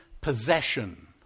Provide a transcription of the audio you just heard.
possession